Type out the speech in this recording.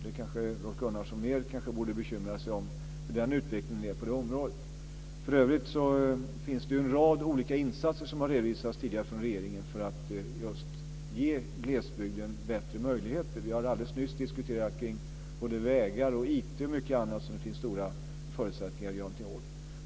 Rolf Gunnarsson borde bekymra sig mer om utvecklingen på det området. Det finns för övrigt en rad olika insatser av regeringen som har redovisats tidigare för att ge glesbygden bättre möjligheter. Vi har alldeles nyss diskuterat både vägar, IT och annat som det finns förutsättningar att göra någonting åt.